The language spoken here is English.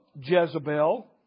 Jezebel